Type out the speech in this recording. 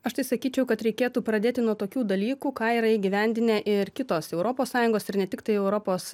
aš tai sakyčiau kad reikėtų pradėti nuo tokių dalykų ką yra įgyvendinę ir kitos europos sąjungos ir ne tiktai europos